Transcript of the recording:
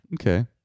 Okay